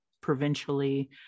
provincially